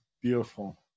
beautiful